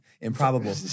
improbable